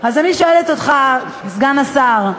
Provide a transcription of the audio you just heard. אז אני שואלת אותך, סגן השר,